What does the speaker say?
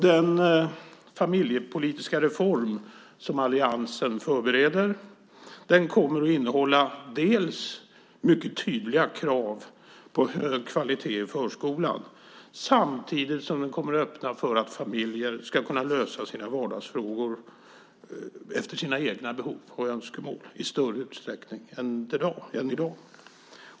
Den familjepolitiska reform som alliansen förbereder kommer att innehålla mycket tydliga krav på hög kvalitet i förskolan samtidigt som den kommer att öppna för att familjer ska kunna lösa sina vardagsfrågor efter sina egna behov och önskemål i större utsträckning än i dag.